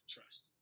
Trust